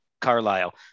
Carlisle